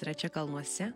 yra čia kalnuose